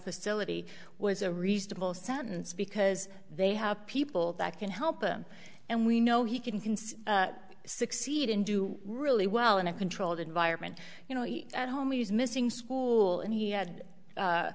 facility was a reasonable sentence because they have people that can help him and we know he can conceive succeed and do really well in a controlled environment you know at home he was missing school and he had